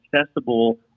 accessible